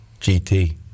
GT